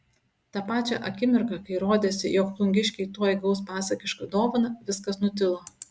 tą pačią akimirką kai rodėsi jog plungiškiai tuoj gaus pasakišką dovaną viskas nutilo